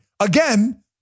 Again